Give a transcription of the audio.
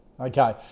Okay